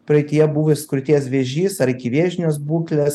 praeityje buvęs krūties vėžys ar ikivėžinės būklės